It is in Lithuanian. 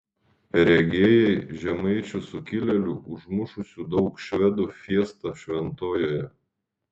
regėjai žemaičių sukilėlių užmušusių daug švedų fiestą šventojoje